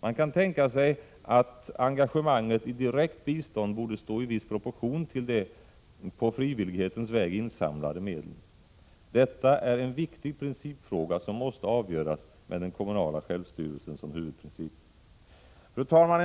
Man kan tänka sig att engagemanget i direkt bistånd borde stå i viss proportion till de på frivillighetens väg insamlade medlen. Detta är en viktig principfråga som måste avgöras med den kommunala självstyrelsen som huvudprincip. Fru talman!